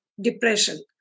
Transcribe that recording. depression